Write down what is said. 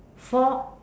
for